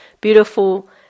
beautiful